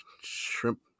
Shrimp